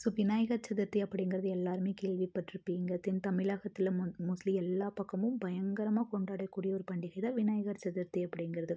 so Vinayagar Chaturthi அப்படிங்கறது எல்லோருமே கேள்விப்பட்டிருப்பீங்க தென்தமிழகத்தில் மோ மோஸ்ட்லி எல்லா பக்கமும் பயங்கரமாக கொண்டாடக்கூடிய ஒரு பண்டிகை தான் விநாயகர் சதுர்த்தி அப்படிங்கிறது